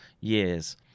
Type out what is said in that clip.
years